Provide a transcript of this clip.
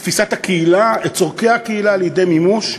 את תפיסת הקהילה, את צורכי הקהילה, לידי מימוש,